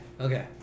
okay